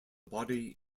body